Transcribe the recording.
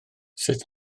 sut